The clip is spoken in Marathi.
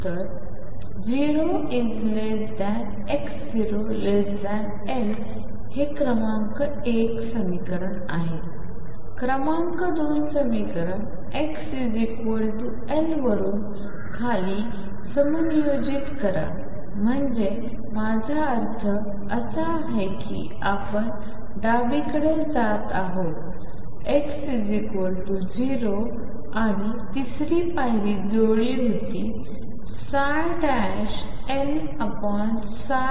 तर 0x0L क्रमांक 1 क्रमांक 2 समीकरण xL वरून खाली समायोजित करा म्हणजे माझा अर्थ असा की आपण डावीकडे जात आहात x0 आणि तिसरी पायरी जुळली होती LL आणि RR